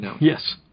Yes